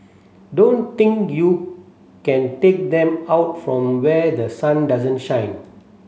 don't think you can take them out from where the sun doesn't shine